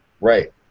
Right